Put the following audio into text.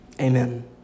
Amen